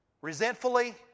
resentfully